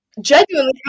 genuinely